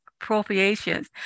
appropriations